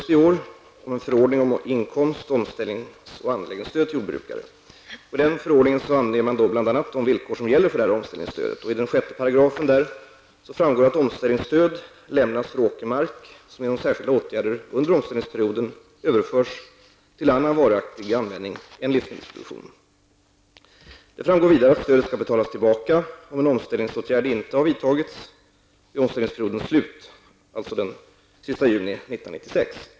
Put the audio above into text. I förordningen anges bl.a. de villkor som gäller för omställningsstödet. Av 6 § i förordningen framgår att omställningsstöd lämnas för åkermark som genom särskilda åtgärder under omställningsperioden överförs till annan varaktig användning än livsmedelsproduktion. Det framgår vidare att stödet skall betalas tillbaka om en omställningsåtgärd inte vidtagits vid omställningsperiodens slut, dvs. den 30 juni 1996.